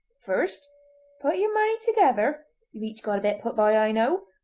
first put your money together ye've each got a bit put by, i know.